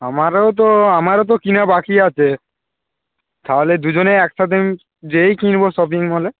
আমারও তো আমারও তো কেনা বাকি আছে তাহলে দুজনে একসাথে গিয়েই কিনব শপিং মলে